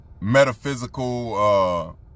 metaphysical